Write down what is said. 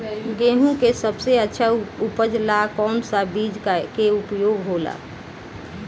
गेहूँ के सबसे अच्छा उपज ला कौन सा बिज के उपयोग होला?